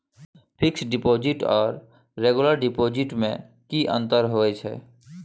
Fix deposit आर regular deposit में की अंतर होय छै?